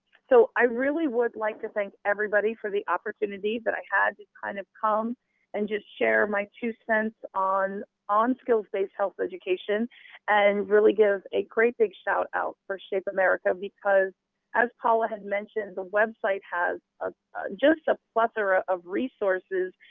so i really would like to thank everybody for the opportunity that i had to kind of come and share my two cents on on skills based health education and really give a great big shout out for shape america. because as paula had mentioned, the website has just a plethora of resources,